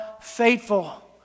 faithful